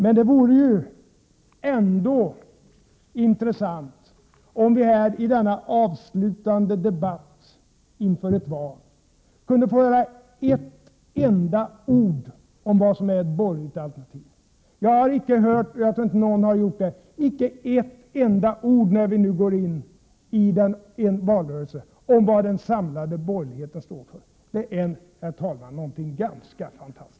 Ändå vore det ju intressant om vi här, i denna avslutande debatt inför ett val, kunde få höra ett enda ord om vad som är ett borgerligt alternativ. När vi nu går in i en valrörelse har jag icke hört — och jag tror inte någon har gjort det — ett enda ord om vad den samlade borgerligheten står för. Det är, herr talman, någonting ganska fantastiskt!